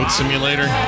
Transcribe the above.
simulator